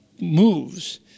moves